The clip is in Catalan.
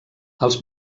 els